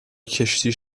کشتی